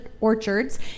orchards